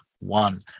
one